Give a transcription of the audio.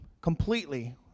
completely